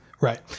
right